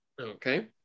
Okay